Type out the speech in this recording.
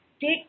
take